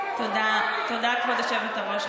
תודה, כבוד היושבת-ראש.